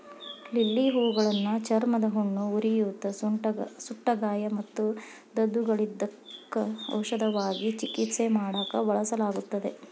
lily ಹೂಗಳನ್ನ ಚರ್ಮದ ಹುಣ್ಣು, ಉರಿಯೂತ, ಸುಟ್ಟಗಾಯ ಮತ್ತು ದದ್ದುಗಳಿದ್ದಕ್ಕ ಔಷಧವಾಗಿ ಚಿಕಿತ್ಸೆ ಮಾಡಾಕ ಬಳಸಲಾಗುತ್ತದೆ